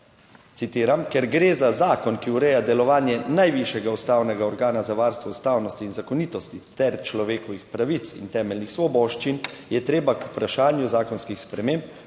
"Ker gre za zakon, ki ureja delovanje najvišjega ustavnega organa za varstvo ustavnosti in zakonitosti ter človekovih pravic in temeljnih svoboščin je treba k vprašanju zakonskih sprememb